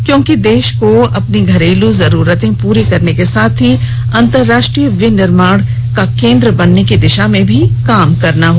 क्योंकि देश को अपनी घरेलू जरूरतें पूरी करने के साथ ही अंतर्राष्ट्रीय विनिर्माण का केन्द्र बनने की दिशा में भी काम करना है